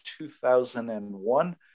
2001